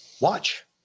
Watch